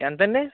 ఎంత అండి